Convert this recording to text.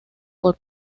por